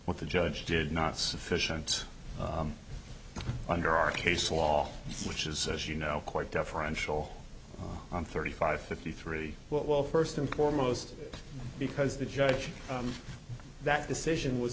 the judge did not sufficient under our case law which is as you know quite deferential on thirty five fifty three well first and foremost because the judge that decision was